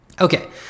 Okay